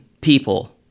people